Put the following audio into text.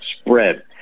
spread